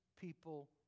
people